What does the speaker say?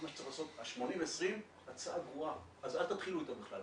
מה שצריך לעשות --- ה-80/20 היא הצעה גרועה אז אל תתחילו איתה בכלל,